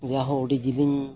ᱡᱟᱦᱳ ᱟᱹᱰᱤ ᱡᱮᱞᱮᱧ